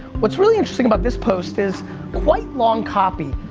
what's really interesting about this post is quite long copy,